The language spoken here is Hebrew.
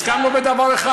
הסכמנו בדבר אחד.